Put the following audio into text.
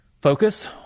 focus